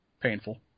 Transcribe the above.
painful